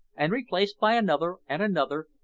and replaced by another, and another,